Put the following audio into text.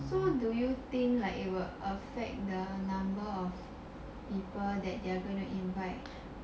so do you think like it will affect the number of people that you are gonna invite